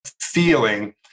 feeling